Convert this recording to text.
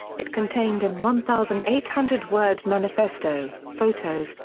it contained an one thousand eight hundred word manifesto, photos,